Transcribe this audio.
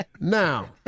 Now